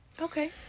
Okay